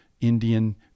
Indian